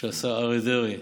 שהשר אריה דרעי,